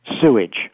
sewage